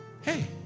Hey